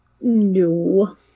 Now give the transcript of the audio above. No